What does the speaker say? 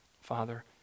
Father